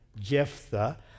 Jephthah